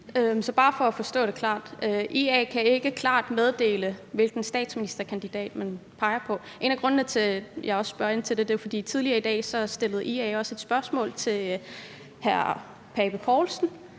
IA kan ikke klart meddele, hvilken statsministerkandidat man peger på. En af grundene til, at jeg spørger ind til det, er, at IA tidligere i dag også stillede et spørgsmål til hr. Søren Pape Poulsen